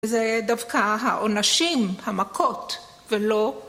זה דווקא העונשים המכות ולא